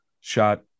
shot